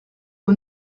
aux